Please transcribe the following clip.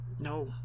No